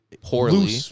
poorly